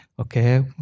okay